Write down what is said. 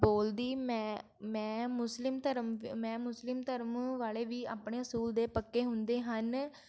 ਬੋਲਦੀ ਮੈਂ ਮੈਂ ਮੁਸਲਿਮ ਧਰਮ ਮੈਂ ਮੁਸਲਿਮ ਧਰਮ ਵਾਲੇ ਵੀ ਆਪਣੇ ਅਸੂਲ ਦੇ ਪੱਕੇ ਹੁੰਦੇ ਹਨ